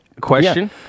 question